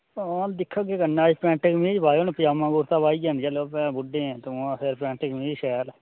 हां दिक्खगे कन्नै पेंट कमीज़ पाओ नि पजामा कुर्ता पाइयै नि चलेओ भैं बुड्ढे ओह् तुस फ्ही पेंट कमीज़ शैल